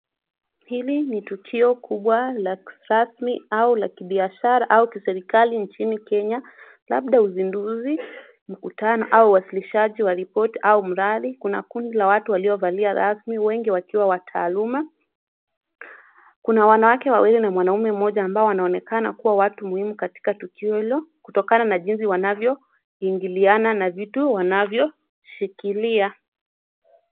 Hili ni tukio kubwa rasmi au la kibiashara au kiserikali nchini Kenya. Labda uzinduzi, mkutano au uwasilishaji wa ripoti au mradi. Kuna kundi la watu waliovalia rasmi wengi wakiwa wataaluma. Kuna wanawake waili na mwanaume mmoja ambao wanaonekana kuwa watu muhumu katika tukio hilo kutokana na jinsi wanavyoingiliana na vitu wanvyoshikilia.